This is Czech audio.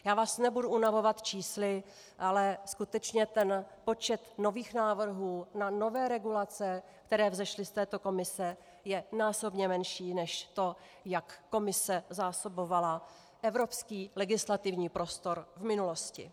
Já vás nebudu unavovat čísly, ale skutečně počet nových návrhů na nové regulace, které vzešly z této Komise, je násobně menší než to, jak Komise zásobovala evropský legislativní prostor v minulosti.